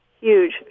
huge